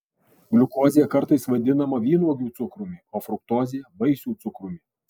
gliukozė kartais vadinama vynuogių cukrumi o fruktozė vaisių cukrumi